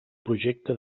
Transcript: projecte